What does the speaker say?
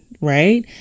right